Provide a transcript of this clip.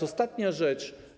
Ostatnia rzecz.